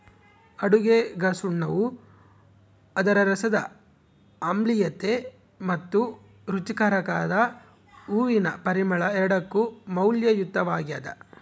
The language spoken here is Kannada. ಅಡುಗೆಗಸುಣ್ಣವು ಅದರ ರಸದ ಆಮ್ಲೀಯತೆ ಮತ್ತು ರುಚಿಕಾರಕದ ಹೂವಿನ ಪರಿಮಳ ಎರಡಕ್ಕೂ ಮೌಲ್ಯಯುತವಾಗ್ಯದ